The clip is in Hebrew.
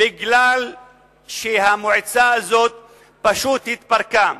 כי המועצה הזאת פשוט התפרקה.